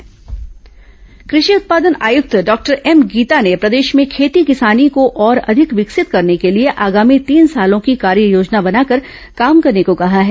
कृषि उत्पादन आयुक्त बैठक कृषि उत्पादन आयुक्त डॉक्टर एम गीता ने प्रदेश में खेती किसानी को और अधिक विकसित करने को लिए आगामी तीन सालों की कार्ययोजना बनाकर काम करने को कहा है